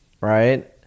right